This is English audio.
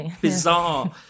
bizarre